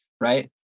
right